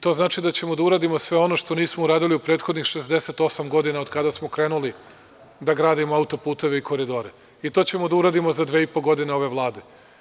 To znači da ćemo da uradimo sve ono što nismo uradili u prethodnih 68 godina od kada smo krenuli da gradimo autoputeve i koridore, i to ćemo da uradimo za dve i po godine ove Vlade.